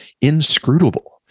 inscrutable